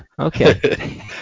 okay